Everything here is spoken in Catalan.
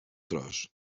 tros